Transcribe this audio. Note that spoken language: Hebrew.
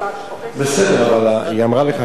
בסדר, אבל היא אמרה לך, אתה שמעת את המציעה.